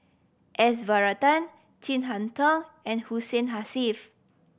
S Varathan Chin Harn Tong and Hussein